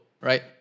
right